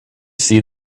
see